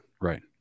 Right